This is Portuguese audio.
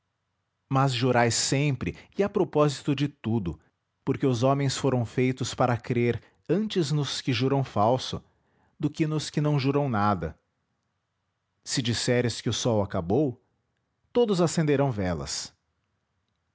mas jurai sempre e a propósito de tudo porque os homens foram feitos para crer antes nos que juram falso do que nos que não juram nada se disseres que o sol acabou todos acenderão velas